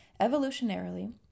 Evolutionarily